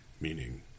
meaning